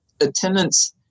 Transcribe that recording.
attendance